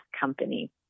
company